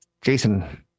Jason